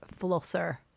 flosser